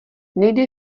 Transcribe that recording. nejde